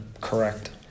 correct